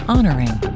Honoring